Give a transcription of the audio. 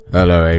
Hello